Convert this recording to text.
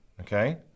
Okay